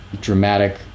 dramatic